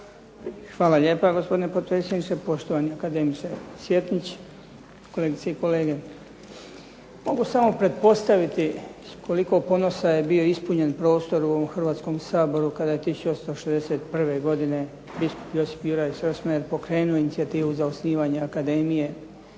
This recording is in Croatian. Hvala lijepa gospodine potpredsjedniče. Poštovani akademiče Cvjetnić, kolegice i kolege. Mogu samo pretpostaviti s koliko ponosa je bio ispunjen prostor u ovom Hrvatskom saboru kada je 1861. godine biskup Josip Juraj Štrosmajer pokrenuo inicijativu za osnivanje akademije